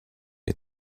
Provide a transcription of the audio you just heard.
est